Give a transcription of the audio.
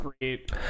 great